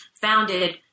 founded